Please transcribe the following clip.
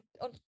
on